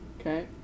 Okay